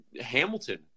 hamilton